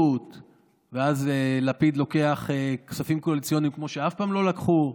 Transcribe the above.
ואז לפיד לוקח כספים קואליציוניים כמו שאף פעם לא לקחו.